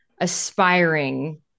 aspiring